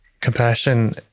compassion